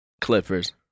Clippers